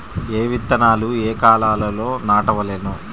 ఏ విత్తనాలు ఏ కాలాలలో నాటవలెను?